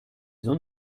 zones